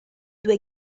due